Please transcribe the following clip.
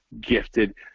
gifted